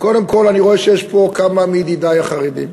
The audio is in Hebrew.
קודם כול, אני רואה שיש פה כמה מידידי החרדים,